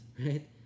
Right